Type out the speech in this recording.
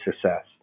success